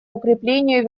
укреплению